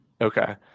okay